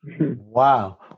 Wow